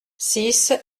six